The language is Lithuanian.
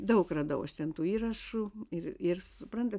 daug radau aš ten tų įrašų ir ir suprantat